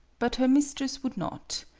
but her mistress would not.